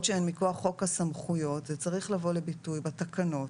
שהן מכוח חוק הסמכויות זה צריך לבוא לביטוי בתקנות